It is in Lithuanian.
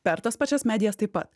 per tas pačias medijas taip pat